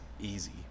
easy